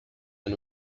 and